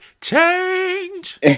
change